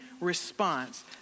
response